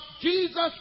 Jesus